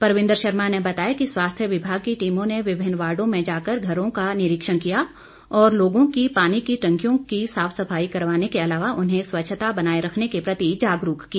परविन्द्र शर्मा ने बताया कि स्वास्थ्य विभाग की टीमों ने विभिन्न वार्डों में जाकर घरों का निरीक्षण किया और लोगों की पानी की टैंकियों की साफ सफाई करवाने के अलावा उन्हें स्वच्छता बनाए रखने के प्रति जागरूक किया